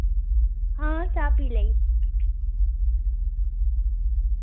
हां चाह् पी लेई